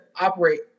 operate